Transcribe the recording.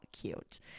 cute